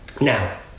Now